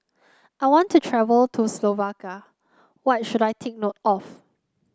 I want to travel to Slovakia what should I take note of